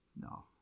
No